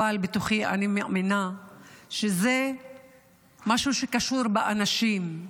אבל בתוכי אני מאמינה שזה משהו שקשור באנשים.